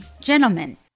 Gentlemen